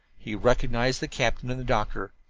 he recognized the captain and the doctor.